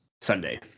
Sunday